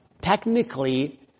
Technically